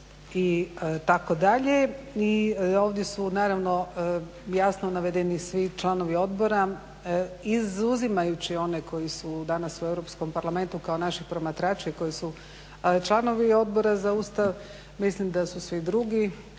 Ustav itd. I ovdje su naravno jasno navedeni svi članovi odbora izuzimajući one koji su danas u Europskom parlamentu kao naši promatrači koji su članovi Odbor za Ustav. Mislim da su svi drugi